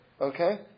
Okay